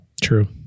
true